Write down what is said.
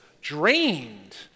drained